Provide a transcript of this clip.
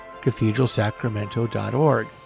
cathedralsacramento.org